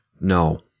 No